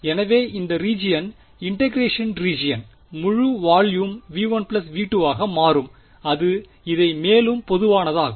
எனவே இந்த region integration region முழு வால்யும் V1V2 வாக மாறும் அது இதை மேலும் பொதுவானதாக்கும்